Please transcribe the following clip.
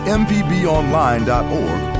mpbonline.org